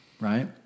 right